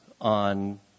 on